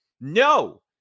No